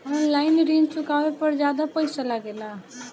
आन line ऋण चुकावे पर ज्यादा पईसा लगेला?